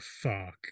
fuck